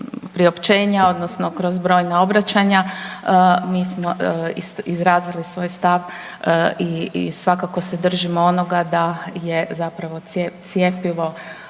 priopćenja odnosno kroz brojna obraćanja mi smo izrazili svoj stav i svakako se držimo onoga da je zapravo cjepivo